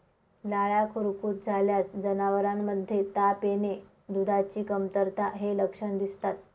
लाळ्या खुरकूत झाल्यास जनावरांमध्ये ताप येणे, दुधाची कमतरता हे लक्षण दिसतात